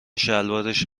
شلوارش